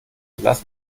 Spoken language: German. lass